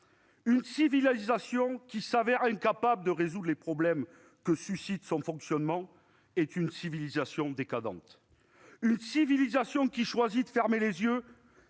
Une civilisation qui s'avère incapable de résoudre les problèmes que suscite son fonctionnement est une civilisation décadente. Une civilisation qui choisit de fermer les yeux